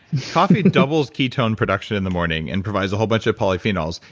coffee doubles ketone production in the morning and provides a whole bunch of polyphenols.